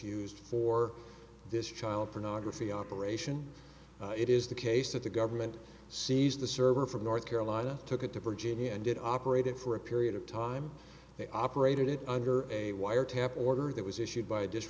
used for this child pornography operation it is the case that the government seized the server from north carolina took at the virginia and did operated for a period of time they operated it under a wiretap order that was issued by